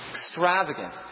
extravagant